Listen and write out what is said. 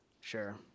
Sure